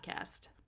Podcast